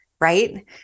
right